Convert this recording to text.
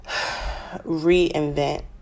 reinvent